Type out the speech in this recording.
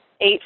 eight